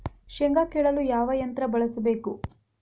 ಶೇಂಗಾ ಕೇಳಲು ಯಾವ ಯಂತ್ರ ಬಳಸಬೇಕು?